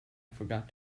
forgot